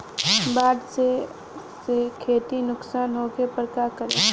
बाढ़ से खेती नुकसान होखे पर का करे?